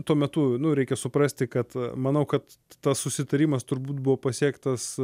tuo metu nu reikia suprasti kad manau kad tas susitarimas turbūt buvo pasiektas